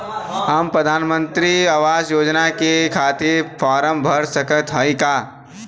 हम प्रधान मंत्री आवास योजना के खातिर फारम भर सकत हयी का?